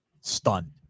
stunned